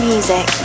Music